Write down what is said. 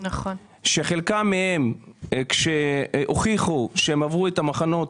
שחלקם הוכיחו שהם עברו את המחנות